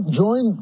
join